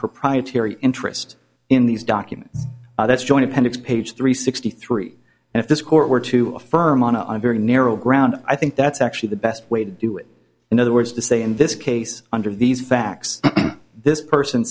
proprietary interest in these documents that's joint appendix page three sixty three and if this court were to affirm on a very narrow ground i think that's actually the best way to do it in other words to say in this case under these facts this person